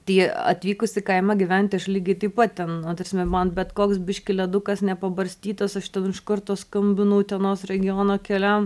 tai atvykus į kaimą gyventi aš lygiai taip pat ten na ta prasme man bet koks biškį ledukas nepabarstytas aš ten iš karto skambinu utenos regiono keliam